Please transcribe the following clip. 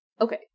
Okay